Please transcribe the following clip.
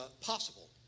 possible